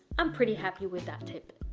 i'm pretty happy with that tip.